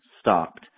stopped